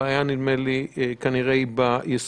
הבעיה, נדמה לי, היא כנראה ביישום.